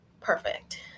perfect